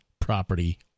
property